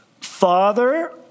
Father